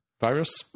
Virus